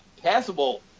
passable